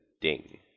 ding